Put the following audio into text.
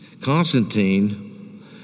Constantine